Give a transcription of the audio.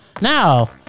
Now